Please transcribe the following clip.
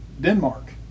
Denmark